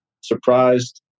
surprised